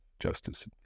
justice